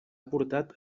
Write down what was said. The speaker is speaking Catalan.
portat